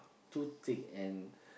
too thick and